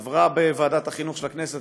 עברה בוועדת החינוך של הכנסת,